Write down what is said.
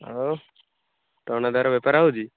ଆଉ ଟଣାଦାର୍ ବେପାର ହେଉଛି